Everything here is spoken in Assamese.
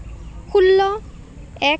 ষোল্ল এক